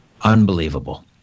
Unbelievable